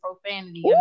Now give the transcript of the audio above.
profanity